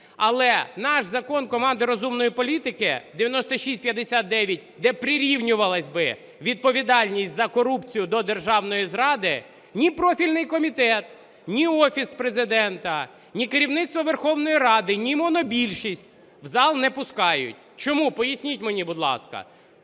Але наш закон, команди "Розумної політики", 9659, де прирівнювалась би відповідальність за корупцію до державної зради, ні профільний комітет, ні Офіс Президента, ні керівництво Верховної Ради, ні монобільшість в зал не пускають. Чому, поясніть мені, будь ласка.